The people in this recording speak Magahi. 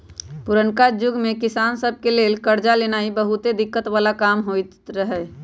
पुरनका जुग में किसान सभ के लेल करजा लेनाइ बहुते दिक्कत् बला काम होइत रहै